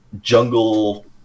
jungle